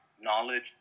knowledge